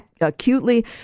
acutely